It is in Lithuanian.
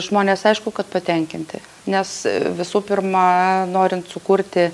žmonės aišku kad patenkinti nes visų pirma norint sukurti